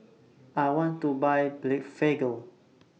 I want to Buy Blephagel